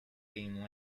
being